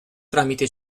tramite